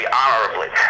honorably